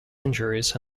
injuries